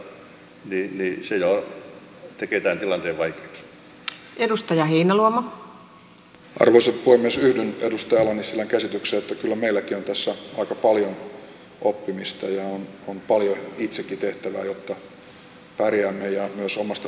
yhdyn edustaja ala nissilän käsitykseen että kyllä meilläkin on tässä aika paljon oppimista ja on paljon itsekin tehtävä jotta pärjäämme ja myös omasta kilpailukyvystä huolehtimisessa